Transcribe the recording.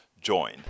join